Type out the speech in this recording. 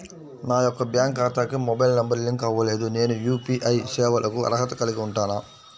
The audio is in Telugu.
నా యొక్క బ్యాంక్ ఖాతాకి మొబైల్ నంబర్ లింక్ అవ్వలేదు నేను యూ.పీ.ఐ సేవలకు అర్హత కలిగి ఉంటానా?